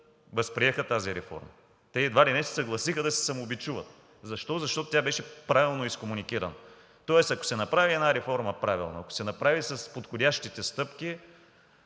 възприеха тази реформа. Те едва ли не се съгласиха да се самобичуват. Защо? Защото тя беше правилно изкомуникирана. Тоест, ако се направи една реформа правилно, ако се направи с подходящите стъпки,